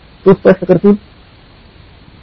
तू स्पष्ट करशील